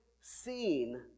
seen